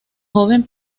joven